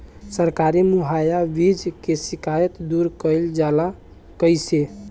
सरकारी मुहैया बीज के शिकायत दूर कईल जाला कईसे?